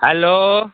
hello